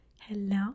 Hello